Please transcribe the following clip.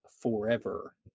forever